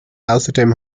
außerdem